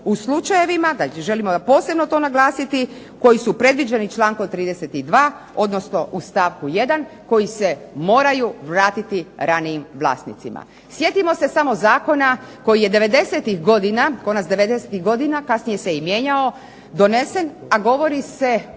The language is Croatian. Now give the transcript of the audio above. naglasiti, koji su predviđeni člankom 32., odnosno u stavku 1. koji se moraju vratiti ranijim vlasnicima. Sjetimo se samo zakona koji je '90.-tih godina, konac '90.-tih godina, kasnije se i mijenjao, donesen a govori se